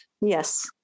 yes